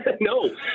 No